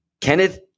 Kenneth